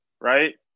right